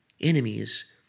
enemies